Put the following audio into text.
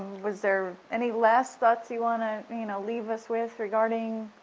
was there any last thoughts you want to you know leave us with regarding